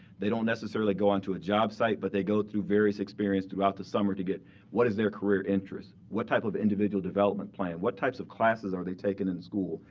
they don't necessarily go on to a job site, but they go through various experiences throughout the summer to get what is their career interests? what type of individual development plan, what types of classes are they taking in school?